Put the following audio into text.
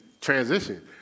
transition